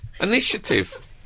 Initiative